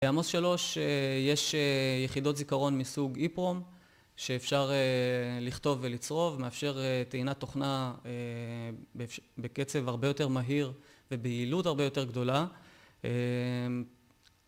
בעמוס שלוש יש יחידות זיכרון מסוג EEPROM שאפשר לכתוב ולצרוב, מאפשר טעינת תוכנה בקצב הרבה יותר מהיר וביעילות הרבה יותר גדולה.